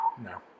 No